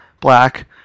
black